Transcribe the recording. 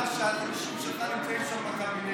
אני מבין כמה מסוכן שהאנשים שלך נמצאים שם בקבינט,